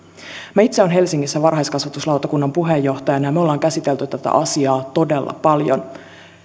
minä itse olen helsingissä varhaiskasvatuslautakunnan puheenjohtajana ja me olemme käsitelleet tätä asiaa todella paljon